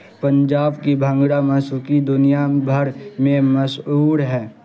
پنجاب کی بھنگڑا موسیقی دنیا بھر میں مشہور ہے